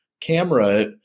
camera